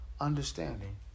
understanding